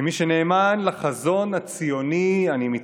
כמי שנאמן לחזון הציוני, אני מתרגש,